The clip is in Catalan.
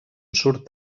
surt